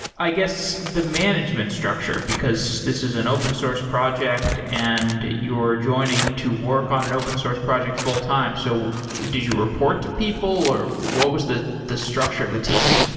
i guess, the management structure. because this is an open source project and you're joining to work on an open source project full-time. so did you report to people, or what was the the structure of the team?